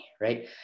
right